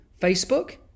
Facebook